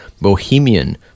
Bohemian